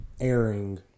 airing